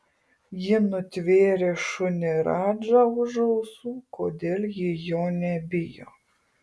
ji nutvėrė šunį radžą už ausų kodėl ji jo nebijo